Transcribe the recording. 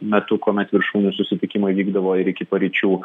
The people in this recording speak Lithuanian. metu kuomet viršūnių susitikimai vykdavo ir iki paryčių